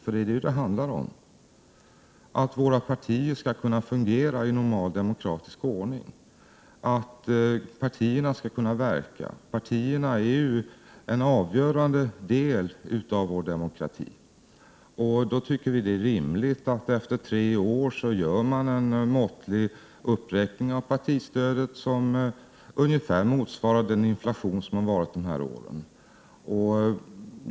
Det är ju detta det handlar om, att partierna skall kunna fungera och verka i normal demokra = Prot. 1988/89:126 tisk ordning. Partierna är ju en avgörande del av vår demokrati. Då tycker vi — 1 juni 1989 det är rimligt att man efter tre år gör en måttlig uppräkning av partistödet, som ungefär motsvarar den inflation som varit under dessa år.